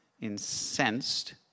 incensed